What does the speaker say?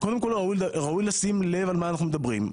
קודם כל, ראוי לשים לב על מה אנחנו מדברים.